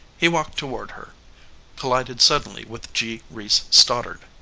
he walked toward her collided suddenly with g. reece stoddard.